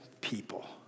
people